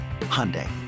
Hyundai